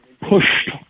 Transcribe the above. pushed